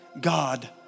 God